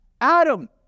Adam